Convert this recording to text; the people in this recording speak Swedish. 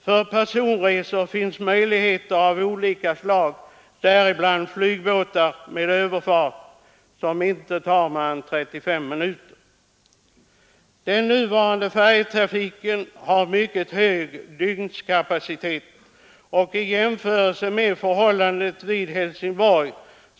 För personresor finns möjligheter av olika slag, däribland flygbåtarna, varvid överfarten inte tar mer än 35 minuter. Den nuvarande färjetrafiken har mycket hög dygnskapacitet. Sundet är bredare än vid Helsingborg.